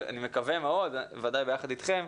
ואני מקווה מאוד, וודאי יחד איתכם,